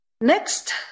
Next